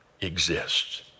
exists